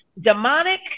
demonic